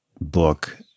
book